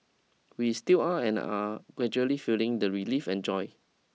we still are and are gradually feeling the relief and joy